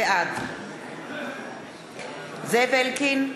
בעד זאב אלקין,